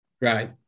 Right